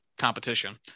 Competition